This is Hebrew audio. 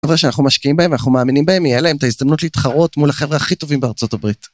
חבר'ה שאנחנו משקיעים בהם ואנחנו מאמינים בהם יהיה להם את ההזדמנות להתחרות מול החבר'ה הכי טובים בארה״ב